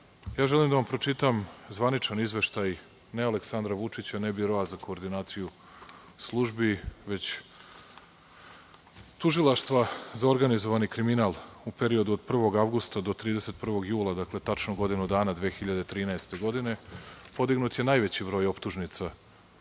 Želim da vam pročitam zvaničan izveštaj, ne Aleksandar Vučića, ne Biroa za koordinaciju službi, već Tužilaštva za organizovani kriminal u periodu od 1. avgusta do 31. jula, tačno godinu dana. Podignut je najveći broj optužnica u sferi